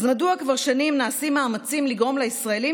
אז מדוע כבר שנים נעשים מאמצים לגרום לישראלים